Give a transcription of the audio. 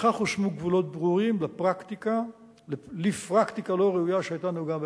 בכך הושמו גבולות ברורים לפרקטיקה לא ראויה שהיתה נהוגה בעבר.